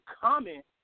comment